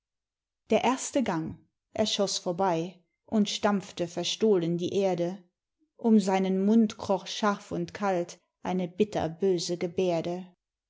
der erste gang er schoß vorbei und stampfte verstohlen die erde um seinen mund kroch scharf und kalt eine bitterböse gebärde